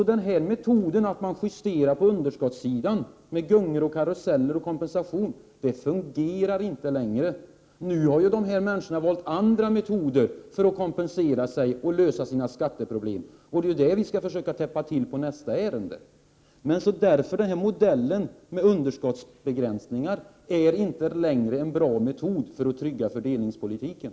Den här metoden att justera på underskottssidar med gungor, karuseller och kompensationer fungerar inte längre. Nu ha människor valt andra metoder för att kompensera sig och lösa sin skatteproblem. Det är sådana metoder som vi försöker komma åt för at täppa till de luckor som de medför — något som tas upp i nästa ärende. Därfö är modellen med underskottsbegränsningar inte längre bra för att trygg: fördelningspolitiken.